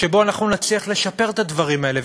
שבו אנחנו נצליח לשפר את הדברים האלה.